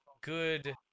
good